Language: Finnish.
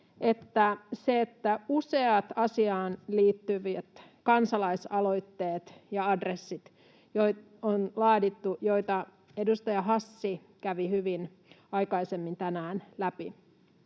useita asiaan liittyviä kansa-laisaloitteita ja adresseja, joita edustaja Hassi kävi hyvin läpi aikaisemmin tänään.